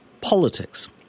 Politics